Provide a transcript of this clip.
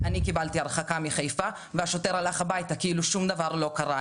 אני קיבלתי הרחקה מחיפה והשוטר הלך הביתה כאילו שום דבר לא קרה.